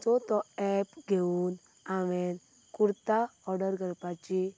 so तो app घेवन हांवें कुर्ता ओर्डर करपाची